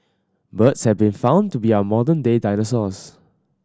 birds have been found to be our modern day dinosaurs